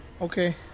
Okay